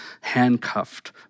handcuffed